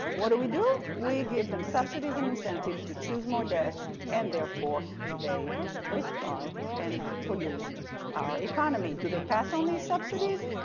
what do we do? we give them subsidies and incentives to choose more debt and therefore they respond and pollute our economy. do they pass on these subsidies?